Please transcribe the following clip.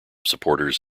supporters